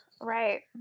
right